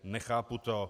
Nechápu to.